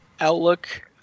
outlook